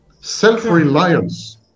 self-reliance